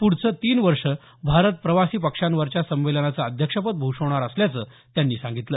पुढचे तीन वर्ष भारत प्रवासी पक्ष्यांवरच्या संमेलनाचं अध्यक्षपद भूषवणार असल्याचं त्यांनी सांगितलं